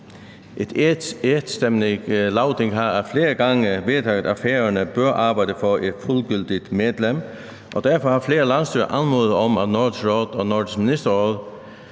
Et enstemmigt Lagting har ad flere gange vedtaget, at Færøerne bør arbejde på et fuldgyldigt medlemskab, og derfor har flere i landsstyret anmodet Nordisk Råd og Nordisk Ministerråd